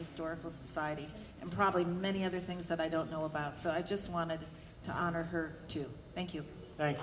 historical society and probably many other things that i don't know about so i just wanted to honor her thank you thank